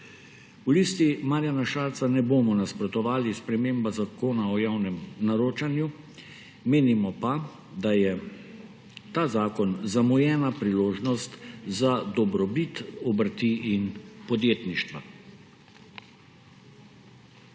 V Listi Marjana Šarca ne bomo nasprotovali spremembi Zakon o javnem naročanju, menimo pa, da je ta zakon zamujena priložnost za dobrobit obrti in podjetništva.